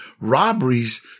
robberies